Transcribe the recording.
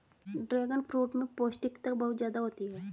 dragon fruit में पौष्टिकता बहुत ज्यादा होती है